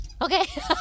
Okay